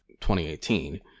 2018